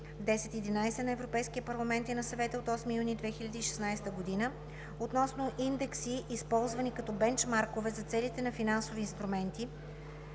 2016/1011 на Европейския парламент и на Съвета от 8 юни 2016 г. относно индекси, използвани като бенчмаркове за целите на финансови инструменти